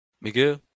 Miguel